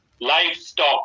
livestock